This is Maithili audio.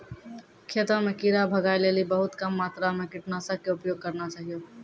खेतों म कीड़ा भगाय लेली बहुत कम मात्रा मॅ कीटनाशक के उपयोग करना चाहियो